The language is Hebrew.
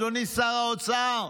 אדוני שר האוצר,